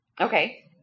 Okay